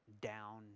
down